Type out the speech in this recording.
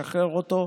לשחרר אותו.